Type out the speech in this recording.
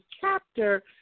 chapter